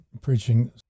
preaching